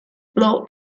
blow